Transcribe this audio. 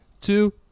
two